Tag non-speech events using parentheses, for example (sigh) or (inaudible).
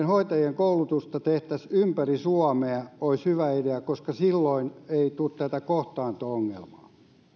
(unintelligible) hoitajien koulutusta tehtäisiin ympäri suomea olisi hyvä idea koska silloin ei tulisi tätä kohtaanto ongelmaa